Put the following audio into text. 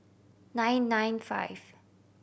nine nine five